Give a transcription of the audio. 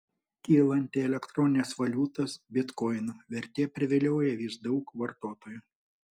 kylanti elektroninės valiutos bitkoinų vertė privilioja vis daug vartotojų